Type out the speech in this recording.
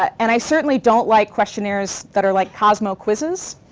and i certainly don't like questionnaires that are like cosmo quizzes.